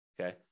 Okay